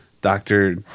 Doctor